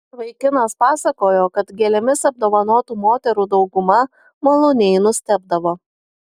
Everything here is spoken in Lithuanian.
vaikinas pasakojo kad gėlėmis apdovanotų moterų dauguma maloniai nustebdavo